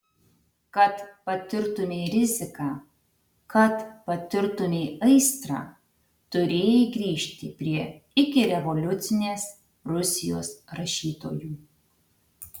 kad patirtumei riziką kad patirtumei aistrą turėjai grįžti prie ikirevoliucinės rusijos rašytojų